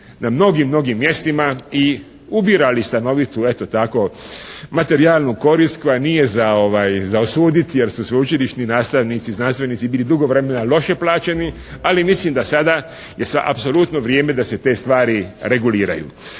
na mnogim mjestima i ubirali stanovitu eto tako materijalnu korist koja nije za osuditi jer su sveučilišni nastavnici i znanstvenici bili dugo vremena loše plaćeni ali mislim da sada je apsolutno vrijeme da se te stvari reguliraju.